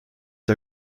der